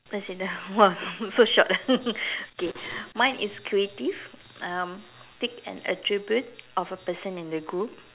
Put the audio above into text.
that's it ah !wah! so short ah okay mine is creative um pick an attribute of a person in the group